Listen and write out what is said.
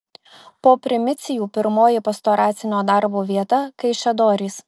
po primicijų pirmoji pastoracinio darbo vieta kaišiadorys